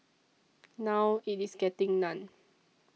now it is getting none